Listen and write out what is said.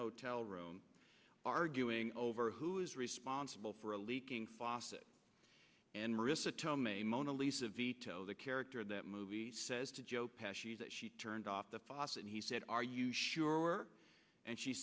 hotel room arguing over who is responsible for a leaking faucet and rissa told me mona lisa vito the character of that movie says to joe pass that she turned off the faucet he said are you sure and she